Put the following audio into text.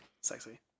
Sexy